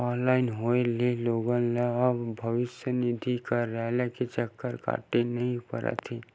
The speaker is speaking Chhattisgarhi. ऑनलाइन होए ले लोगन ल अब भविस्य निधि के कारयालय के चक्कर काटे ल नइ परत हे